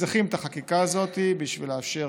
צריכים את החקיקה הזאת בשביל לאפשר